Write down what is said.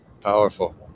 Powerful